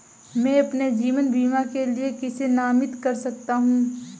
मैं अपने जीवन बीमा के लिए किसे नामित कर सकता हूं?